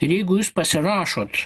ir jeigu jūs pasirašot